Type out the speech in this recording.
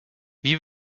wie